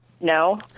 no